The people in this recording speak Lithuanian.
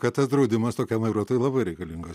kad tas draudimas tokiam vairuotojui labai reikalingas